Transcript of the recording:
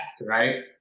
Right